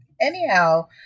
Anyhow